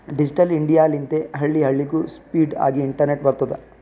digital India ಲಿಂತೆ ಹಳ್ಳಿ ಹಳ್ಳಿಗೂ ಸ್ಪೀಡ್ ಆಗಿ ಇಂಟರ್ನೆಟ್ ಬರ್ತುದ್